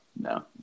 no